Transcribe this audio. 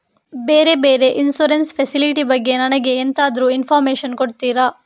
ಬೇರೆ ಬೇರೆ insurance facility ಬಗ್ಗೆ ನನಗೆ ಎಂತಾದ್ರೂ ಇನ್ಫೋರ್ಮೇಷನ್ ಕೊಡ್ತೀರಾ?